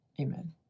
Amen